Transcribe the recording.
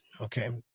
Okay